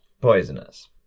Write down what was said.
poisonous